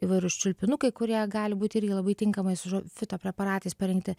įvairūs čiulpinukai kurie gali būti irgi labai tinkamai su fitopreparatais parinkti